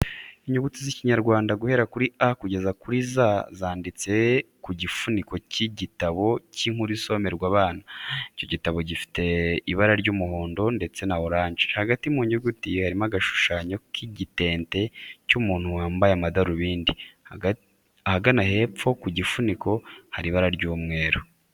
Inyuguti z'ikinyarwanda guhera kuri A kugeza kuri Z zanditse ku gifuniko cy'igitabo cy'inkuru isomerwa abana. Icyo gitabo gifite ibara ry'umuhondo ndetse na oranje. Hagati mu nyuguti harimo agashushanyo k'igitente cy'umuntu wambaye amadarubindi. Ahagana hepfo ku gifuniko hari ibara ry'umweru.